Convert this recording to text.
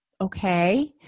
okay